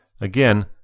again